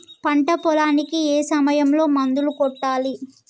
పంట పొలానికి ఏ సమయంలో మందులు కొట్టాలి?